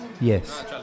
Yes